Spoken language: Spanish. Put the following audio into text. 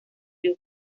you